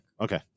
Okay